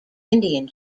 indian